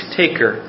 taker